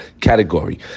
category